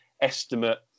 estimate